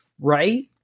right